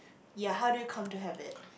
ya how did you come to have it